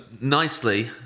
nicely